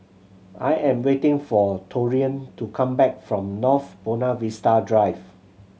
I am waiting for Taurean to come back from North Buona Vista Drive